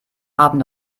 haben